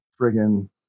friggin